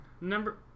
Number